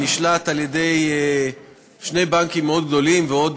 נשלט על-ידי שני בנקים מאוד גדולים ועוד